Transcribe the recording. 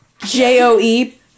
J-O-E